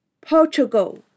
Portugal